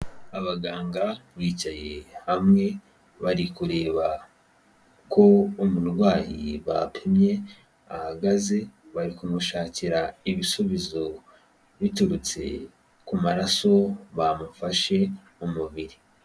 Abaganga bicaye bamwe bari kureba ko umurwayi bapimye ahagaze bari kumushakira ibisubizo biturutse ku maraso bamufashe mu mubiri.